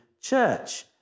church